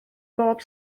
bob